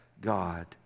God